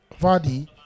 Vardy